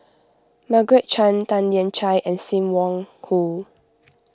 Margaret Chan Tan Lian Chye and Sim Wong Hoo